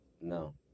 No